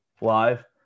live